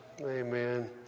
Amen